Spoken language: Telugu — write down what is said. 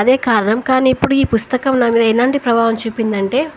అదే కారణం కానీ ఇప్పుడు ఈ పుస్తకం నా మీద ఏలాంటి ప్రభావం చూపిందంటే